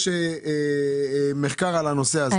אני